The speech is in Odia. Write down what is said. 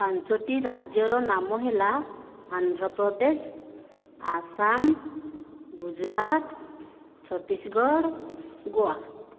ପାଞ୍ଚଟି ରାଜ୍ୟର ନାମ ହେଲା ଆନ୍ଧ୍ରପ୍ରଦେଶ ଆସାମ ଗୁଜୁରାଟ ଛତିଶଗଡ଼ ଗୋଆ